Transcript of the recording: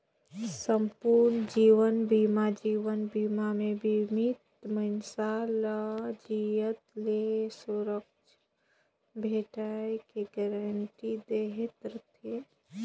संपूर्न जीवन बीमा जीवन बीमा मे बीमित मइनसे ल जियत ले सुरक्छा भेंटाय के गारंटी दहे रथे